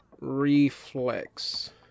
Reflex